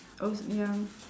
oh